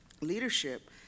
leadership